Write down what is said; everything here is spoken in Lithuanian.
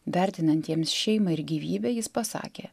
vertinantiems šeimą ir gyvybę jis pasakė